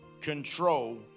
control